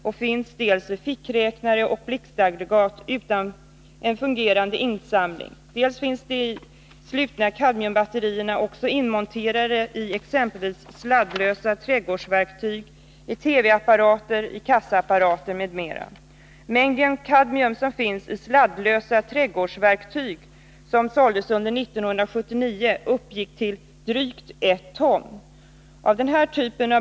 De finns dels i uckräknare och i blixtaggregat utan fungerande insamling, dels inmonterade i exempelvis sladdlösa trädgårdsverktyg, i TV-apparater och i kassaapparater. Mängden kadmium som fanns i sladdlösa trädgårdsverktyg sålda under 1979 uppgick till drygt 1 ton.